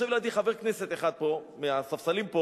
יושב לידי חבר כנסת אחד מהספסלים פה